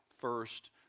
first